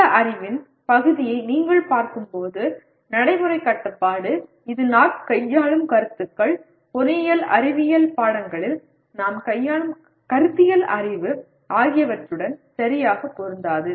இந்த அறிவின் பகுதியை நீங்கள் பார்க்கும்போது நடைமுறைக் கட்டுப்பாடு இது நாம் கையாளும் கருத்துக்கள் பொறியியல் அறிவியல் பாடங்களில் நாம் கையாளும் கருத்தியல் அறிவு ஆகியவற்றுடன் சரியாக பொருந்தாது